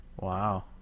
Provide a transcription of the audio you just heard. Wow